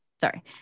Sorry